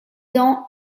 dans